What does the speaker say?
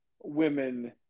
women